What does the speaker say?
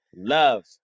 Love